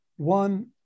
One